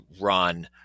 run